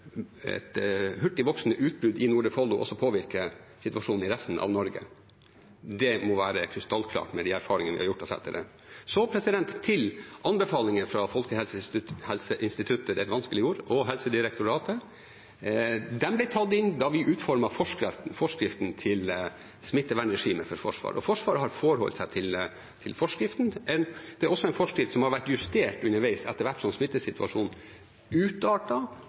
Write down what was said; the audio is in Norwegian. et hurtig voksende utbrudd i Nordre Follo også påvirker situasjonen i resten av Norge. Det må være krystallklart med de erfaringene vi har gjort oss etter det. Så til anbefalingene fra Folkehelseinstituttet og Helsedirektoratet: De ble tatt inn da vi utformet forskriften til smittevernregimet for Forsvaret, og Forsvaret har forholdt seg til forskriften. Det er en forskrift som også har vært justert underveis, etter hvert som smittesituasjonen